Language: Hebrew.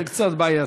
זה קצת בעייתי.